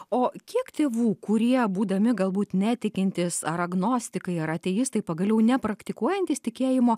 o kiek tėvų kurie būdami galbūt netikintis ar agnostikai ar ateistai pagaliau nepraktikuojantys tikėjimo